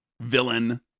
villain